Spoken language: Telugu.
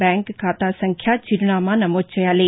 బ్యాంక్ ఖాతా సంఖ్య చిరునామా నమోదు చేయాలి